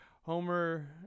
Homer